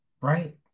right